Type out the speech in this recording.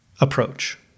approach